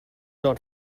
not